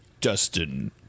Dustin